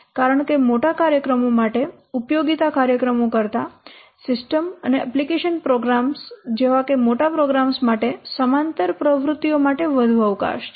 કારણ કે મોટા કાર્યક્રમો માટે ઉપયોગિતા કાર્યક્રમો કરતા સિસ્ટમ અને એપ્લિકેશન પ્રોગ્રામ્સ જેવા મોટા પ્રોગ્રામ્સ માટે સમાંતર પ્રવૃત્તિઓ માટે વધુ અવકાશ છે